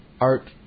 art